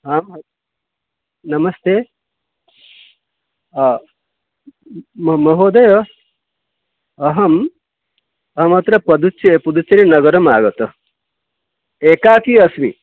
आ नमस्ते म महोदय अहम् अहमत्र पदुच्चे पुदचरीनगरम् आगतः एकाकी अस्मि